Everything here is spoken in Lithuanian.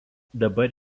dabar